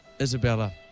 Isabella